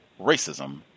racism